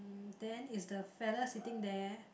then is the feather sitting there